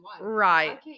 right